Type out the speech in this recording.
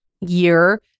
year